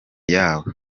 yawo